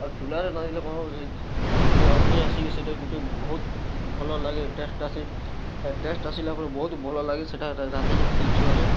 ଆଉ ଚୁଲାରେ ରାନ୍ଧିଲେ କ'ଣ ହବ ଯେ ଯେ ଅଗ୍ନି ଆସିକି ସେଇଟା ଗୁଟେ ବହୁତ ଭଲ ଲାଗେ ଟେଷ୍ଟ୍ ଆସେ ହେ ଟେଷ୍ଟ୍ ଆସିଲା ପରେ ବହୁତ ଭଲ ଲାଗେ ସେଇଟା ରାନ୍ଧିକି ଖାଇଛୁ ଆମେ